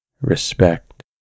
respect